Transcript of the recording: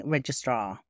Registrar